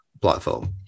platform